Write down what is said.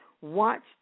Watch